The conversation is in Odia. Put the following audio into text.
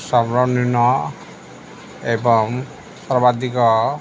ସର୍ବନିମ୍ନ ଏବଂ ସର୍ବାଧିକ